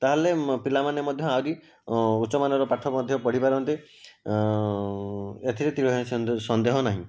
ତା ହେଲେ ପିଲାମାନେ ମଧ୍ୟ ଆହୁରି ଉଚ୍ଚମାନର ପାଠ ମଧ୍ୟ ପଢ଼ି ପାରନ୍ତେ ଏଥିରେ ତିଳେ ହେଁ ସନ୍ଦେହ ନାହିଁ